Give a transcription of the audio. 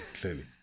clearly